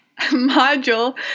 module